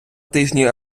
тижні